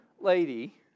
lady